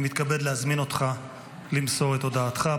אני מתכבד להזמין אותך למסור את הודעתך.